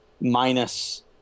minus